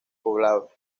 poblados